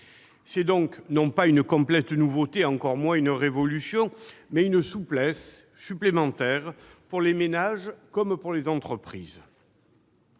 C'est donc, non pas une complète nouveauté, encore moins une révolution, mais une souplesse supplémentaire, offerte aux ménages comme aux entreprises.